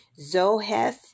Zoheth